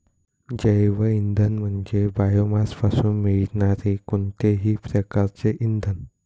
जैवइंधन म्हणजे बायोमासपासून मिळणारे कोणतेही प्रकारचे इंधन